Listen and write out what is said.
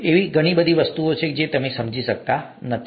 એવી ઘણી બધી વસ્તુઓ છે જે તમે સમજી શકતા નથી અમે સમજી શકતા નથી